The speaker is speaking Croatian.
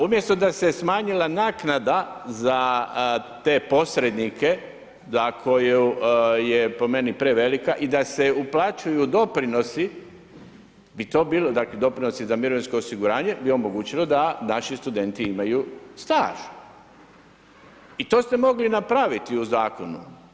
Umjesto da se je smanjila naknada za te posrednike, za koju je po meni prevelika i da se uplaćuju doprinosi, dakle, doprinosi za mirovinsko osiguranje, bi omogućilo da naši studenti imaju staž i to ste mogli napraviti u zakonu.